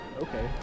okay